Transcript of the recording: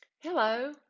Hello